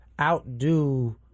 outdo